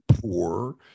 poor